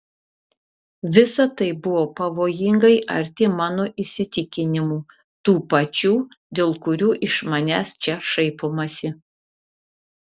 visa tai buvo pavojingai arti mano įsitikinimų tų pačių dėl kurių iš manęs čia šaipomasi